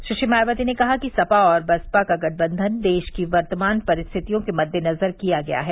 सुश्री मायावती ने कहा कि सपा और बसपा का गठबंधन देश की वर्तमान परिस्थितियों के मद्देनज़र किया गया है